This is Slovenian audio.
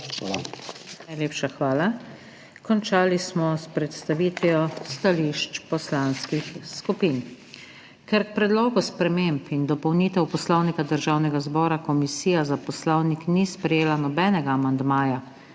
Najlepša hvala. Končali smo s predstavitvijo stališč poslanskih skupin. Ker k Predlogu sprememb in dopolnitev Poslovnika Državnega zbora Komisija za poslovnik ni sprejela nobenega amandmaja